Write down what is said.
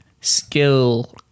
skill